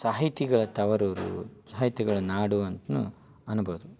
ಸಾಹಿತಿಗಳ ತವರೂರು ಸಾಹಿತಿಗಳ ನಾಡು ಅಂತನೂ ಅನ್ಬೋದು